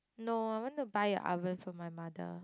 no I want to buy a oven for my mother